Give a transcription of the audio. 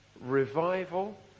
revival